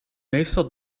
meestal